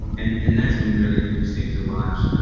and and that's been really interesting to watch.